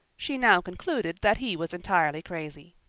she now concluded that he was entirely crazy.